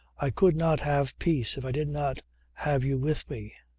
i could not have peace if i did not have you with me.